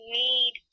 need